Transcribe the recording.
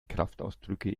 kraftausdrücke